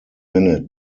minute